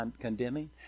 condemning